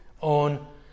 on